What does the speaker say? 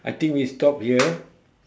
I think we stop here